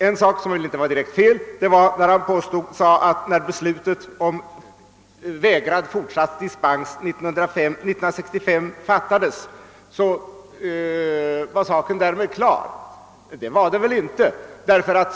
En sak som väl inte var direkt felaktig var att han sade att, när beslutet om vägrad fortsatt dispens fattades 1965, saken därmed var klar. Det var den väl inte.